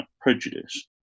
prejudice